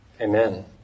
Amen